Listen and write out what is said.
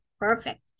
perfect